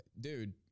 Dude